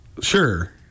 Sure